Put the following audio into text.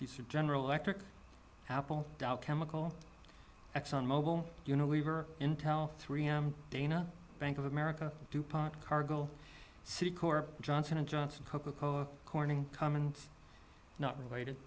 accord general electric apple dow chemical exxon mobil unilever intel three m dana bank of america dupont cargo johnson and johnson coca cola corning common not related